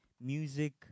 music